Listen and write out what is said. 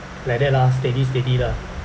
like that lah steady steady lah